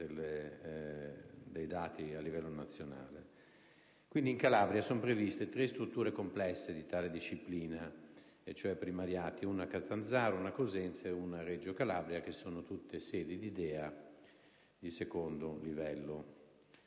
Quindi, in Calabria sono previste tre strutture complesse di tale disciplina (primariati): una a Catanzaro, una a Cosenza e una a Reggio Calabria, tutte sedi di DEA di secondo livello.